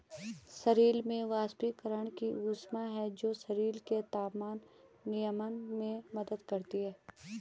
पानी में वाष्पीकरण की ऊष्मा है जो शरीर के तापमान नियमन में मदद करती है